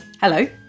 Hello